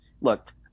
Look